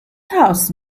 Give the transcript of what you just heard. house